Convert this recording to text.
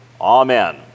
Amen